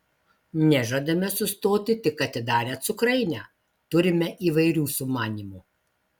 nežadame sustoti tik atidarę cukrainę turime įvairių sumanymų